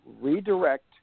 redirect